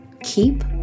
Keep